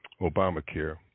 Obamacare